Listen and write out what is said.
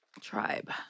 Tribe